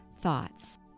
thoughts